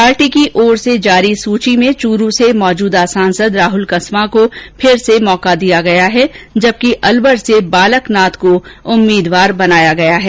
party की ओर से जारी सूची में चूरू से मौजूदा सांसद राहुल कस्वां को फिर से मौका दिया गया है जबकि अलवर से बालक नाथ को उम्मीदवार बनाया है